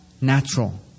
natural